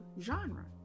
genre